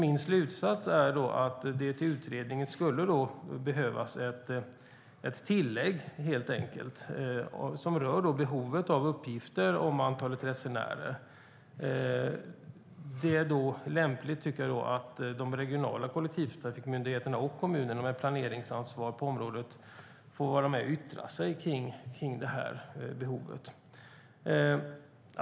Min slutsats är att det skulle behövas ett tillägg till utredningen som rör behovet av uppgifter om antalet resenärer. Det är då lämpligt att de regionala kollektivtrafikmyndigheterna och kommunerna med planeringsansvar på området får vara med och yttra sig kring det behovet.